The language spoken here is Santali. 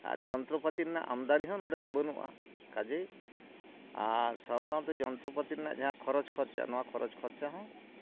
ᱟᱨ ᱡᱚᱛᱨᱚᱯᱟᱹᱛᱤ ᱨᱮᱱᱟᱜ ᱟᱢᱫᱟᱱᱤᱦᱚᱸ ᱱᱚᱰᱮᱫᱚ ᱵᱟᱹᱱᱩᱜᱼᱟ ᱠᱟᱡᱮᱭ ᱟᱨ ᱥᱟᱶ ᱥᱟᱶᱛᱮ ᱡᱚᱛᱨᱚᱯᱟᱹᱛᱤ ᱨᱮᱱᱟᱜ ᱡᱟᱦᱟᱸ ᱠᱷᱚᱨᱚᱪ ᱠᱷᱚᱨᱪᱟ ᱦᱚᱸ